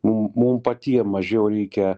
mum mum patiem mažiau reikia